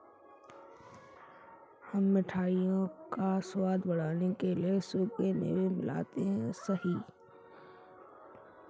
हम मिठाइयों का स्वाद बढ़ाने के लिए सूखे मेवे मिलाते हैं